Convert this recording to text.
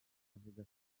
avuga